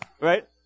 Right